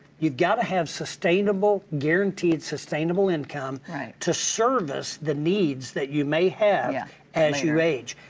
you've gotta have sustainable, guaranteed sustainable income to service the needs that you may have yeah as you age.